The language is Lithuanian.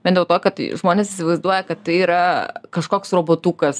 vien dėlto kad žmonės įsivaizduoja kad tai yra kažkoks robotukas